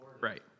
right